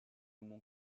mont